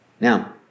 Now